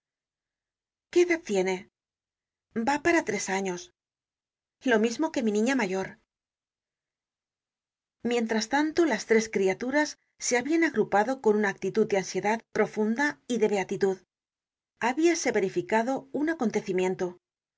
qué edad tiene va para tres años lo mismo que mi niña mayor mientras tanto las tres criaturas se habian agrupado con una actitud de ansiedad profunda y de beatitud habiase verificado un